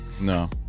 no